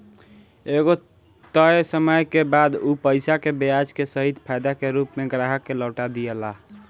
एगो तय समय के बाद उ पईसा के ब्याज के सहित फायदा के रूप में ग्राहक के लौटा दियाला